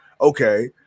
okay